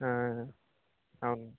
అవును